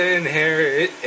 inherit